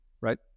right